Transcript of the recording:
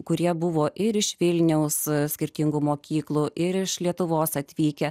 kurie buvo ir iš vilniaus skirtingų mokyklų ir iš lietuvos atvykę